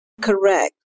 Correct